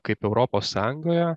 kaip europos sąjungoje